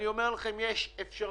אני אומר לכם, יש אפשרות